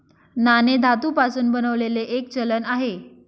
नाणे धातू पासून बनलेले एक चलन आहे